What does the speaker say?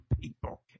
people